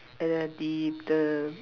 eh deep the